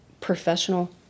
Professional